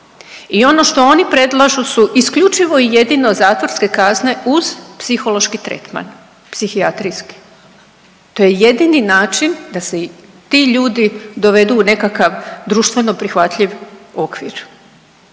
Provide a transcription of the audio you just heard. i ono što oni predlažu su isključivo i jedino zatvorske kazne uz psihološki tretman, psihijatrijski. To je jedini način da se ti ljudi dovedu u nekakav društveno prihvatljiv okvir.